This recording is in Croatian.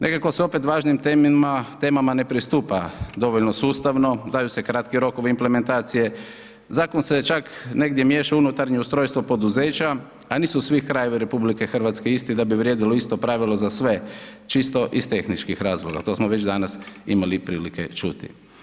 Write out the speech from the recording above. Nekako se opet važnim temama ne pristupa dovoljno sustavno, daju se kratki rokovi implementacije, zakon se čak negdje miješa u unutarnje ustrojstvo poduzeća, a nisu svi krajevi RH isti da bi vrijedilo isto pravilo za sve, čisto iz tehničkih razloga to smo već danas imali prilike čuti.